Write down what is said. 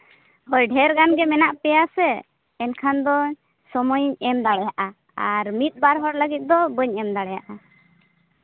ᱦᱳᱭ ᱰᱷᱮᱨ ᱜᱟᱱᱜᱮ ᱦᱮᱱᱟᱜ ᱯᱮᱭᱟ ᱥᱮ ᱮᱱᱠᱷᱟᱱ ᱫᱚ ᱥᱚᱢᱚᱭᱤᱧ ᱮᱢ ᱫᱟᱲᱮᱭᱟᱜᱼᱟ ᱟᱨ ᱢᱤᱫ ᱵᱟᱨ ᱦᱚᱲ ᱞᱟᱹᱜᱤᱫ ᱫᱚ ᱵᱟᱹᱧ ᱮᱢ ᱫᱟᱲᱮᱭᱟᱜᱼᱟ